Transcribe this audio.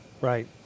Right